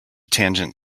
tangent